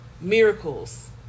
miracles